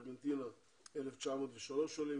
מארגנטינה 1,903 עולים,